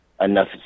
enough